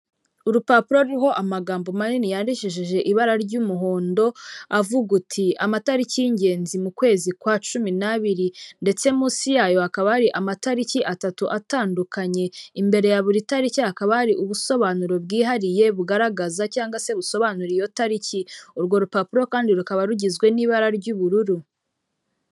Urupapuro ruriho amagambo manini yandikishije ibara ry'umuhondo avuga uti amatariki y'ingenzi mu kwezi kwa cumi n'abiri, ndetse munsi yayo hakaba hari amatariki atatu atandukanye, imbere ya buri tariki hakaba hari ubusobanuro bwihariye bugaragaza cyangwa se busobanura iyo tariki urwo rupapuro kandi rukaba rugizwe n'ibara ry'ubururu.